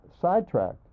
sidetracked